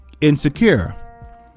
insecure